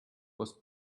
was